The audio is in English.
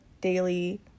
daily